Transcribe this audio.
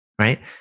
right